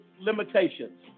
limitations